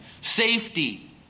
safety